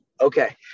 Okay